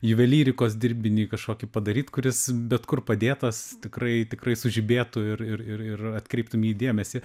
juvelyrikos dirbinį kažkokį padaryt kuris bet kur padėtas tikrai tikrai sužibėtų ir ir ir ir atkreiptum į jį dėmesį